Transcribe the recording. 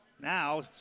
now